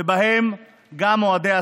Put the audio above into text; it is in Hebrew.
ובהם אוהדי הספורט.